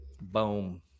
Boom